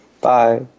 Bye